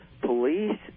police